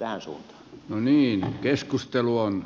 raisu miinan keskustelu on